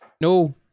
no